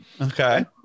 Okay